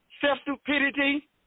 Self-stupidity